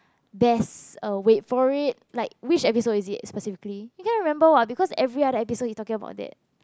there's a wait for it like which episode is it specifically you can't remember [what] because every other single episode he talking about that